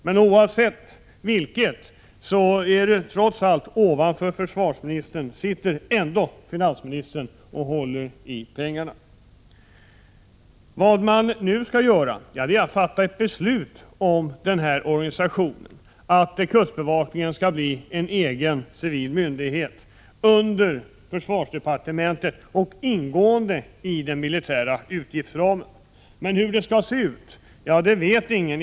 Men oavsett vilket är det trots allt så att ovanför försvarsministern sitter ändå finansministern och håller i pengarna. Vad man nu skall göra är att fatta ett beslut om den här organisationen, att kustbevakningen skall bli en egen civil myndighet under försvarsdepartementet och ingå i den militära utgiftsramen. Men hur det skall gå till vet ingen.